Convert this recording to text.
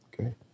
Okay